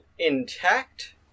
intact